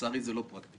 לצערי זה לא פרקטי.